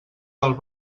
del